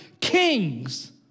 kings